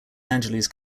angeles